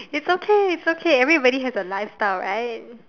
it's okay it's okay everybody has a lifestyle right